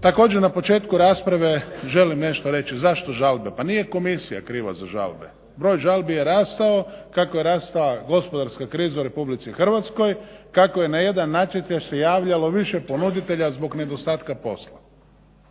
također na početku rasprave želim nešto reći, zašto žalba? Pa nije komisija kriva za žalbe, broj žalbi je rastao kako je rasla gospodarska kriza u RH, kako je na jedan natječaj se javljalo više ponuditelja zbog nedostatka posla.